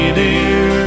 dear